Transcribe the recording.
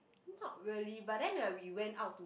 not really but then when we went out to